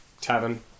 tavern